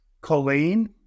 Colleen